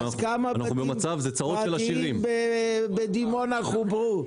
כמה בתים פרטיים בדימונה חוברו?